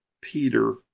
Peter